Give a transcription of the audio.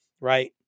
right